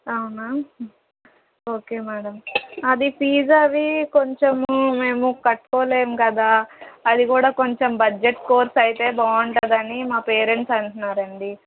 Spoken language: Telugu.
అవునా ఓకే మ్యాడమ్ అది ఫీజ్ అవి కొంచెం మేము కట్టుకోలేం కదా అది కూడా కొంచెం బడ్జెట్ కోర్స్ అయితే బాగుంటుంది అని మా పేరెంట్స్ అంటున్నారు అండి